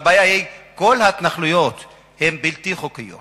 הבעיה היא שכל ההתנחלויות הן בלתי חוקיות